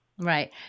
Right